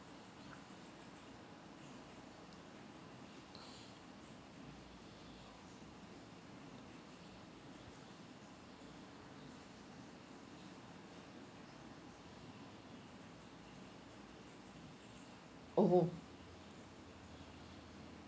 orh